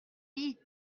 vite